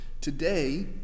today